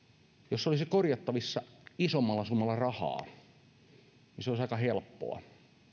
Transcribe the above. jos se olisi korjattavissa isommalla summalla rahaa niin se olisi aika helppoa